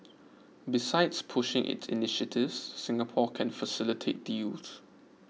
besides pushing its initiatives Singapore can facilitate deals